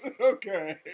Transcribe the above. Okay